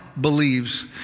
believes